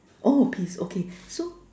oh piece okay so